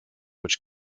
which